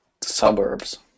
suburbs